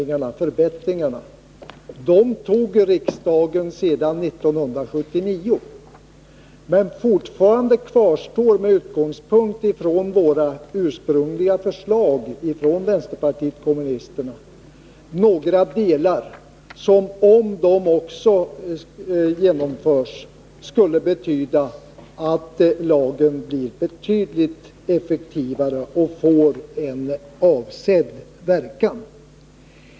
En del av förbättringarna tog riksdagen 1979, men fortfarande kvarstår några delar av de ursprungliga förslagen från vänsterpartiet kommunisterna som, om de också genomfördes, skulle betyda att lagen blev betydligt mera effektiv och fick avsedd verkan.